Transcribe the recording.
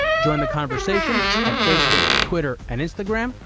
join the conversation at facebook, twitter and instagram,